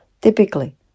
Typically